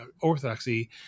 Orthodoxy